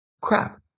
crap